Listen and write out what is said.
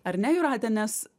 ar ne jūrate nes